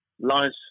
lies